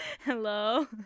Hello